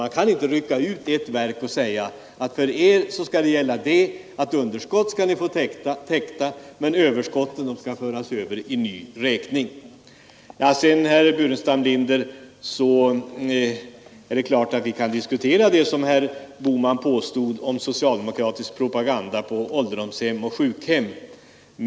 Man kan inte rycka ut ett verk och låta det få underskott täckta men överskott överförda i ny räkning Till herr Burenstam Linder vill jag säga att jag redan tillbakavisat herr Bohmans påståenden om socialdemokratisk propaganda på ålderdomshem och sjukhem.